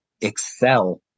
excel